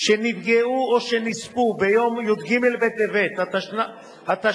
שנפגעו או שנספו מיום י"ג בטבת התשנ"ט,